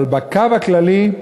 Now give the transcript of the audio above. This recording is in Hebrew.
אבל בקו הכללי,